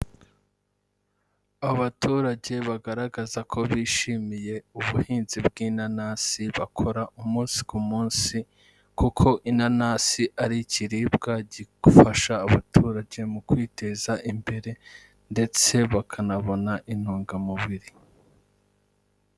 Abaturage bagaragaza ko bishimiye ubuhinzi bw'inanasi bakora umunsi ku munsi kuko inanasi ari ikiribwa gifasha abaturage mu kwiteza imbere ndetse bakanabona intungamubiri.